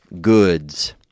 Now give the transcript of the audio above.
goods